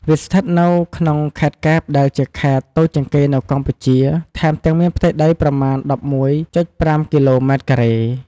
វាស្ថិតនៅក្នុងខេត្តកែបដែលជាខេត្តតូចជាងគេនៅកម្ពុជា ថែមទាំងមានផ្ទៃដីប្រមាណ ១១.៥ គីឡូម៉ែត្រការ៉េ។